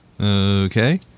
Okay